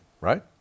right